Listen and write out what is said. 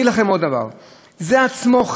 ההתמודדות הזאת עם הידע הזה,